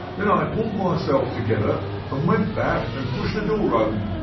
then i pulled myself together and went back and pushed the door open.